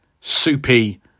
Soupy